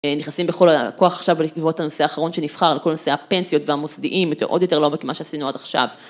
נכנסים בכל הכוח עכשיו לתגובות על הנושא האחרון שנבחר, על כל הנושאי הפנסיות והמוסדיים, יותר עוד יותר לעומק ממה שעשינו עד עכשיו.